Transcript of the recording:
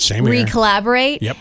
re-collaborate